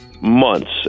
months